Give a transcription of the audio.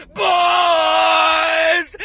boys